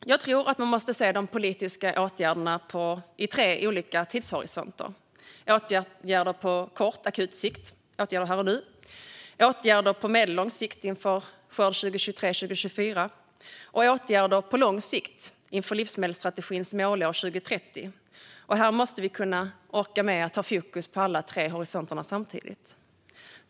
Jag tror att vi behöver se politiska åtgärder från tre olika tidshorisonter. Vi behöver åtgärder på kort sikt att vidta akut här och nu, åtgärder på medellång sikt inför 2023/24 och åtgärder på lång sikt inför livsmedelsstrategins målår 2030. Och vi måste orka ha fokus på alla tre horisonterna samtidigt.